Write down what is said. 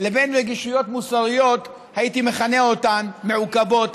לבין רגישויות מוסריות שהייתי מכנה אותן מעוכבות,